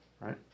right